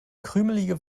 krümelige